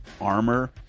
armor